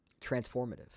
transformative